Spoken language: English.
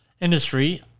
Industry